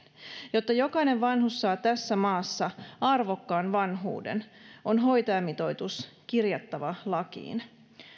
jotta jokainen vanhus saa tässä maassa arvokkaan vanhuuden on hoitajamitoitus kirjattava lakiin